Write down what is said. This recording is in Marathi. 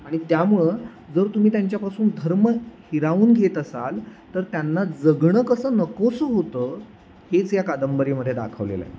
आणि त्यामुळं जर तुम्ही त्यांच्यापासून धर्म हिरावून घेत असाल तर त्यांना जगणं कसं नकोसं होतं हेच या कादंबरीमध्ये दाखवलेलं आहे